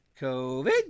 COVID